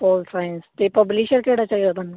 ਪੋਲ science ਤੇ publisher ਕਿਹੜਾ ਚਾਹੀਦਾ ਤੁਹਾਨੂੰ